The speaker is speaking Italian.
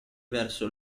verso